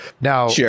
Now